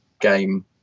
game